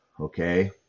okay